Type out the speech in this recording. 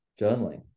journaling